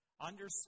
understand